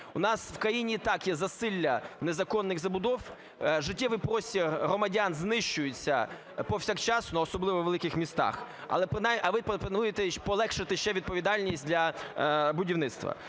У нас в країні і так є засилля незаконних забудов, життєвий простір громадян знищується повсякчасно, особливо у великих містах, а ви пропонуєте полегшити ще відповідальність для будівництва.